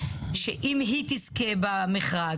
שאם היא תזכה במכרז,